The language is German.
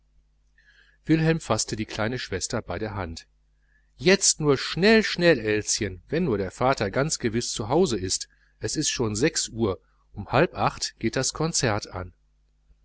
wilhelm faßte die kleine schwester bei der hand jetzt nur schnell schnell elschen wenn nur der vater ganz gewiß zu hause ist es ist schon sechs uhr um halb acht uhr geht das konzert an